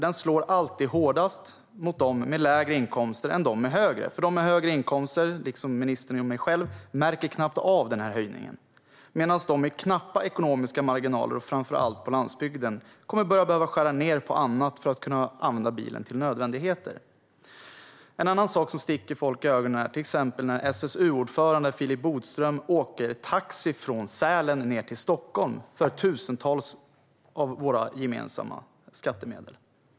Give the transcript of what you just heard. Den slår alltid hårdast mot dem med lägre inkomster än dem med högre. De med högre inkomster, som ministern och jag själv, märker knappt av höjningen, medan de med knappa ekonomiska marginaler, framför allt dem på landsbygden, behöver börja skära ned på annat för att kunna använda bilen till nödvändigheter. Något annat som sticker folk i ögonen är exempelvis när SSU-ordföranden Philip Botström åkte taxi från Sälen ned till Stockholm för tusentals av våra gemensamma skattemedel.